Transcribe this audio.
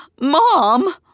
Mom